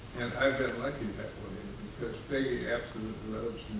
and i've been lucky that way, because peggy absolutely loves